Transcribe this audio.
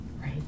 Right